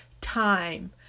time